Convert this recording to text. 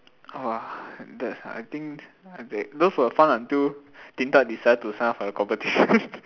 !wah! that's I think they those were fun until Din-Tat decided to sign up for the competition